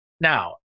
Now